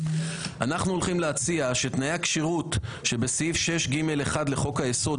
אנחנו הולכים להציע שתנאי הכשירות שבסעיף 6(ג)(1) לחוק היסוד,